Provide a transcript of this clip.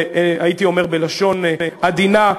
הייתי אומר בלשון עדינה,